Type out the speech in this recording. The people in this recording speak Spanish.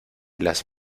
las